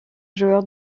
joueur